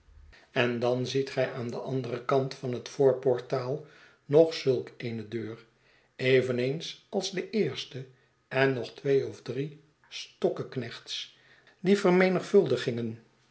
en dan ziet gij aan den anderen kant van het voorportaal nog zulk eene deur eveneens als de eerste en nog twee of drie stokkeknechts die